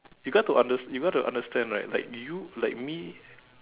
you got to under you got to understand right like you like me